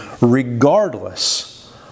regardless